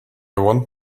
want